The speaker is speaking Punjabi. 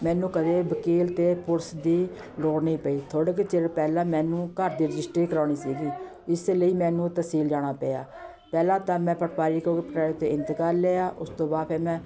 ਮੈਨੂੰ ਕਦੇ ਵਕੀਲ ਅਤੇ ਪੁਲਿਸ ਦੀ ਲੋੜ ਨਹੀਂ ਪਈ ਥੋੜ੍ਹੇ ਕੁ ਚਿਰ ਪਹਿਲਾਂ ਮੈਨੂੰ ਘਰ ਦੀ ਰਜਿਸਟਰੀ ਕਰਵਾਉਣੀ ਸੀਗੀ ਇਸ ਲਈ ਮੈਨੂੰ ਤਹਿਸੀਲ ਜਾਣਾ ਪਿਆ ਪਹਿਲਾਂ ਤਾਂ ਮੈਂ ਪਟਵਾਰੀ ਕੋਲ ਪਟਵਾਰੀ ਤੋਂ ਇੰਤਕਾਲ ਲਿਆ ਉਸ ਤੋਂ ਬਾਅਦ ਫਿਰ ਮੈਂ